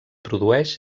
produeix